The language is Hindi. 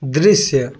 दृश्य